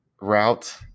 route